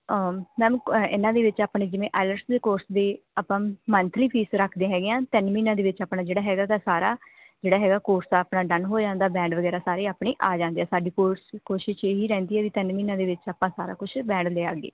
ma'am ਕੋ ਇਹਨਾਂ ਦੇ ਵਿੱਚ ਆਪਣੇ ਜਿਵੇਂ ਆਈਲੈਟਸ ਦੇ ਕੋਰਸ ਦੇ ਆਪਾਂ ਮੰਥਲੀ ਫੀਸ ਰੱਖਦੇ ਹੈਗੇ ਆ ਤਿੰਨ ਮਹੀਨਿਆਂ ਦੇ ਵਿੱਚ ਆਪਣਾ ਜਿਹੜਾ ਹੈਗਾ ਇਹਦਾ ਸਾਰਾ ਜਿਹੜਾ ਹੈਗਾ ਕੋਰਸ ਦਾ ਆਪਣਾ ਡਨ ਹੋ ਜਾਂਦਾ ਬੈਂਡ ਵਗੈਰਾ ਸਾਰੇ ਆਪਣੇ ਆ ਜਾਂਦੇ ਆ ਸਾਡੀ ਕੋਰਸ ਕੋਸ਼ਿਸ਼ ਇਹੀ ਰਹਿੰਦੀ ਹੈ ਵੀ ਤਿੰਨ ਮਹੀਨਿਆਂ ਦੇ ਵਿੱਚ ਆਪਾਂ ਸਾਰਾ ਕੁਛ ਬੈਂਡ ਲਿਆਈਏ